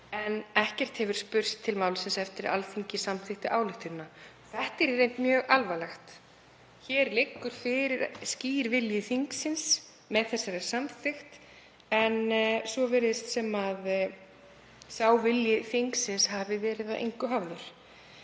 en ekkert hefur spurst til málsins eftir að Alþingi samþykkti ályktunina. Þetta er í reynd mjög alvarlegt. Hér liggur fyrir skýr vilji þingsins með þessari samþykkt en svo virðist sem sá vilji þingsins hafi verið að engu hafður.